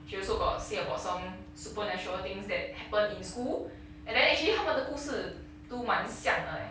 she also got say about some supernatural things that happen in school and then actually 他们的故事都蛮像的 leh